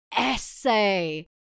essay